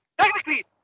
Technically